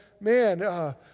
man